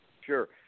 Sure